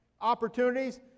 opportunities